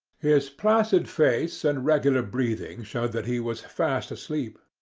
his placid face and regular breathing showed that he was fast asleep.